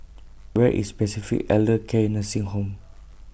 Where IS Pacific Elder Care Nursing Home